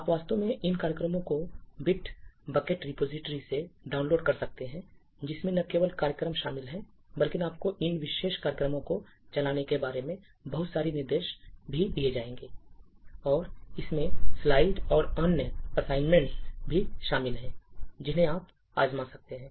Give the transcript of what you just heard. आप वास्तव में इन कार्यक्रमों को बिट बकेट रिपॉजिटरी से डाउनलोड कर सकते हैं जिसमें न केवल कार्यक्रम शामिल हैं बल्कि आपको इन विशेष कार्यक्रमों को चलाने के बारे में बहुत सारे निर्देश भी दिए गए हैं और इसमें स्लाइड और अन्य असाइनमेंट भी शामिल हैं जिन्हें आप आज़मा सकते हैं